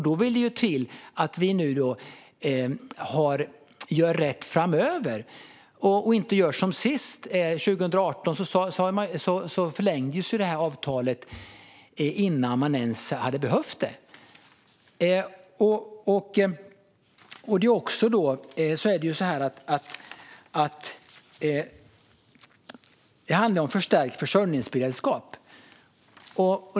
Då vill det till att vi gör rätt framöver och inte gör som man gjorde senast, 2018, då man förlängde avtalet innan man ens behövde det. Det handlar också om att förstärka försörjningsberedskapen.